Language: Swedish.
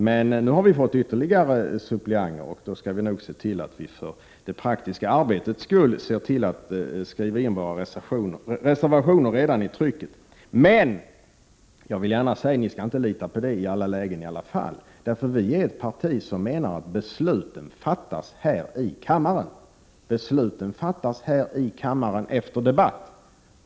Nu har vi emellertid fått ytterligare suppleanter, och då skall vi för det praktiska arbetets skull nog se till att skriva in våra reservationer redan i betänkandet. Men jag vill gärna säga att ni ändå inte skall lita på det i alla lägen. Vi tillhör nämligen ett parti som menar att besluten fattas här i kammaren efter debatt.